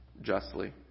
justly